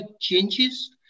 changes